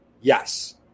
yes